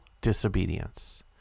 disobedience